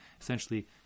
essentially